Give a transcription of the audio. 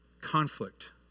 conflict